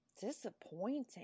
Disappointing